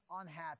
unhappy